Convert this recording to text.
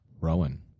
Rowan